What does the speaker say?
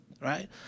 right